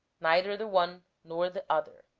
neither the one nor the other